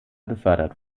befördert